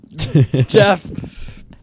Jeff